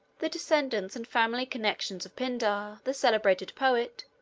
the descendants and family connections of pindar, the celebrated poet,